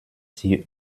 sie